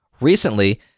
Recently